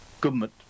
Government